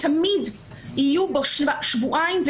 תמיד יהיו בו שבועיים,